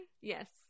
Yes